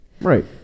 Right